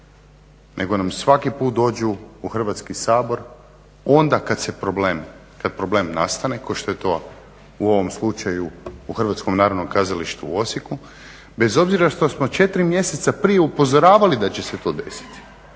nego nam svaki puta dođu u Hrvatski sabor onda kada problem nastane kao što je to u ovom slučaju o HNK u Osijeku, bez obzira što smo 4 mjeseca prije upozoravali da će se to desite.